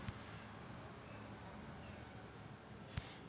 मले माया पाण्याच्या बिलाचे पैसे ऑनलाईन भरता येईन का?